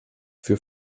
für